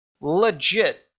legit